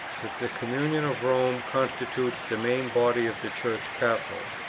that the communion of rome constitutes the main body of the church catholic,